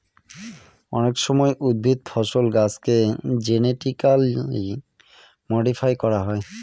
অনেক সময় উদ্ভিদ, ফসল, গাছেকে জেনেটিক্যালি মডিফাই করা হয়